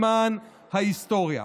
למען ההיסטוריה.